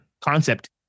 concept